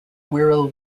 wirral